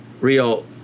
real